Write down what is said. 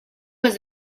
was